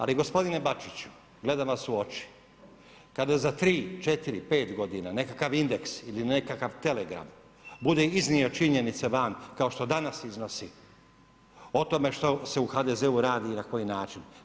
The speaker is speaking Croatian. Ali, gospodine Bačiću, gledam vas u oči kada za 3,4,5 g. nekakav Indeks ili nekakav Telegram bude iznio činjenice van, kao što danas iznosi, o tome što se u HDZ radi i na koji način.